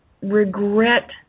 regret